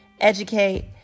educate